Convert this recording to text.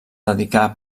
dedicà